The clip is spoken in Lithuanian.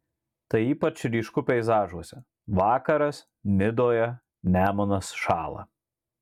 tai ypač ryšku peizažuose vakaras nidoje nemunas šąla